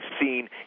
seen